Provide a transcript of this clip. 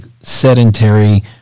sedentary